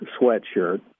sweatshirt